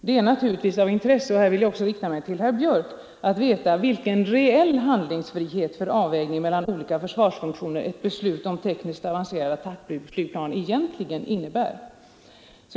Det är naturligtvis av intresse” — här vill jag också rikta mig till herr Björck i Nässjö ”att veta vilken reell handlingsfrihet för avvägningen mellan olika försvarsfunktioner ett beslut om tekniskt avancerade attackplan egentligen innebär.